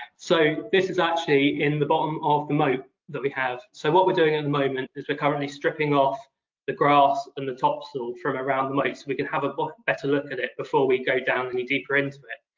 so this is actually in the bottom of the moat that we have. so what we're doing at the moment is we're currently stripping off the grass and the top soil from around the moat so we can have a better look at it before we go down any deeper into it.